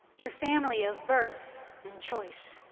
your family of birth and choice?